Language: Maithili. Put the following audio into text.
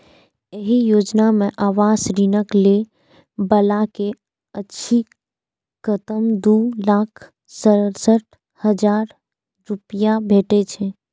एहि योजना मे आवास ऋणक लै बला कें अछिकतम दू लाख सड़सठ हजार रुपैया भेटै छै